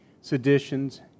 seditions